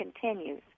continues